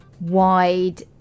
wide